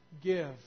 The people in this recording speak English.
give